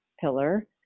pillar